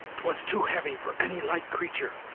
twas too heavy for any light creatur,